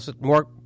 more